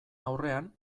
aurrean